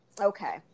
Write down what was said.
Okay